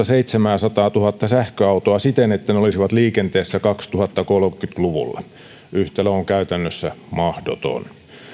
seitsemänsataatuhatta sähköautoa siten että ne olisivat liikenteessä kaksituhattakolmekymmentä luvulla yhtälö on käytännössä mahdoton